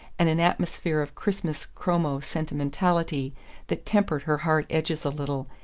and an atmosphere of christmas-chromo sentimentality that tempered her hard edges a little,